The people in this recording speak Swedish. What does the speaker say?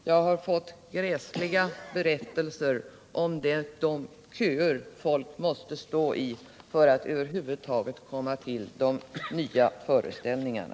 Jag har hört gräsliga berättelser om de köer folk tvingas stå i för att över huvud taget få en möjlighet att se de nya föreställningarna.